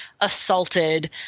assaulted